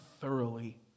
thoroughly